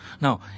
Now